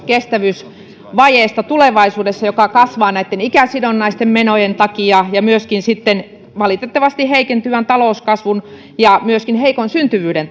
tulevaisuuden kestävyysvajeesta joka kasvaa näitten ikäsidonnaisten menojen takia ja myöskin sitten valitettavasti heikentyvän talouskasvun ja myöskin heikon syntyvyyden